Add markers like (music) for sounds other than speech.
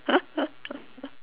(laughs)